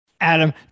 Adam